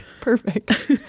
perfect